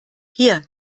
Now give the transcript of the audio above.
hier